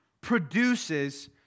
produces